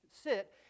sit